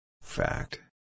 Fact